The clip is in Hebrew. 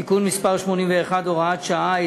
(תיקון מס' 81 והוראת שעה),